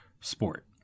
sport